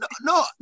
no